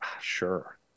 Sure